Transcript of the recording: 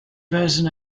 person